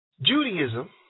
Judaism